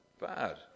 bad